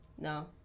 No